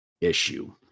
issue